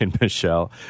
Michelle